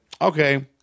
okay